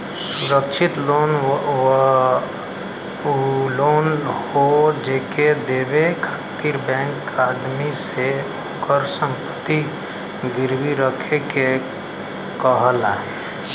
सुरक्षित लोन उ लोन हौ जेके देवे खातिर बैंक आदमी से ओकर संपत्ति गिरवी रखे के कहला